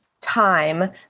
time